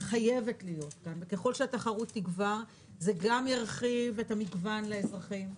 חייבת להיות כאן וככל שהתחרות תגבר זה גם ירחיב את המגוון לאזרחים,